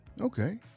Okay